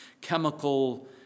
chemical